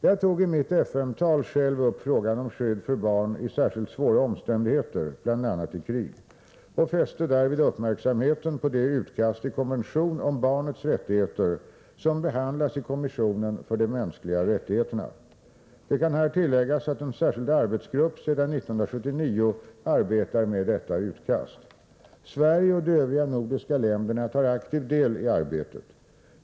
Jag tog i mitt FN-tal själv upp frågan om skydd för barn i särskilt svåra omständigheter, bl.a. i krig, och fäste därvid uppmärksamheten på det utkast till konvention om barnets rättigheter som behandlas i kommissionen för de mänskliga rättigheterna. Det kan här tilläggas att en särskild arbetsgrupp sedan 1979 arbetar med detta utkast. Sverige och de övriga nordiska länderna tar aktiv del i arbetet.